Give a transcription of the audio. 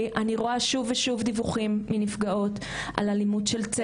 אני רואה שוב ושוב דיווחים מנפגעות על אלימות של צוות כלפיהן.